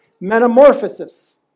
Metamorphosis